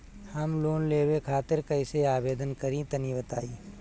हम लोन लेवे खातिर कइसे आवेदन करी तनि बताईं?